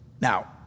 Now